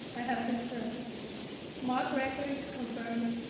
i have this ah marc record confirmed,